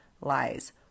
lies